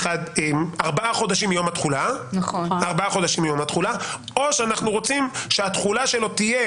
ארבעה חודשים מיום התחולה או שאנחנו רוצים שהתחולה שלו תהיה